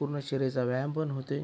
पूर्ण शरीराचा व्यायाम पण होते